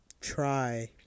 try